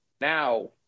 now